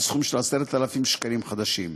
עד לסכום של 10,000 שקלים חדשים.